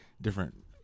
different